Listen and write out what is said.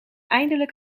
eindelijk